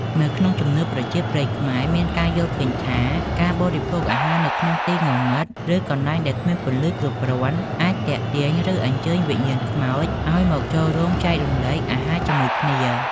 នៅក្នុងជំនឿប្រជាប្រិយខ្មែរ មានការយល់ឃើញថា ការបរិភោគអាហារនៅក្នុងទីងងឹត ឬកន្លែងដែលគ្មានពន្លឺគ្រប់គ្រាន់ អាចទាក់ទាញ ឬអញ្ជើញវិញ្ញាណខ្មោចឲ្យមកចូលរួមចែករំលែកអាហារជាមួយគ្នា។